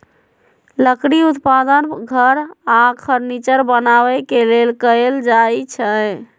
लकड़ी उत्पादन घर आऽ फर्नीचर बनाबे के लेल कएल जाइ छइ